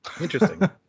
Interesting